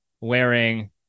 wearing